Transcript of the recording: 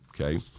okay